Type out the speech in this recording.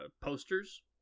posters